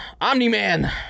Omni-man